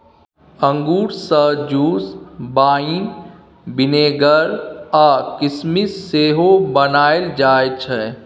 अंगुर सँ juice, wine, vinegar आ किसमिस सेहो बनाएल जाइ छै